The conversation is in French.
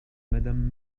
madame